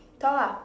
talk ah